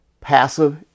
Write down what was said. passive